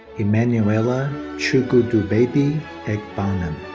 emmanuella chukudumebi egbonim.